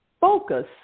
focus